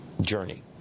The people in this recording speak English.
journey